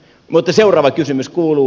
mutta seuraava kysymys kuuluu